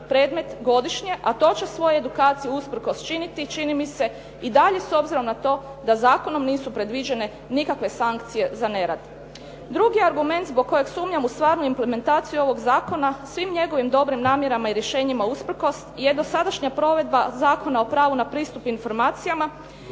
predmet godišnje, a to će u svojoj edukaciji usprkos činiti, čini mi se i dalje s obzirom na to da zakonom nisu predviđene nikakve sankcije za nerad. Drugi argument zbog kojeg sumnjam u stvarnu implementaciju ovog zakona, svim njegovim dobrim namjerama i rješenjima usprkos je dosadašnja provedba Zakona o pravu na pristup informacijama